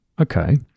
Okay